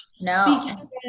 No